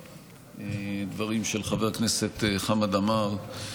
לדברים של חבר הכנסת חמד עמאר: